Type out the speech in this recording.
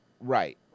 Right